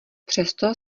přesto